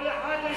כל אחד, את שלו.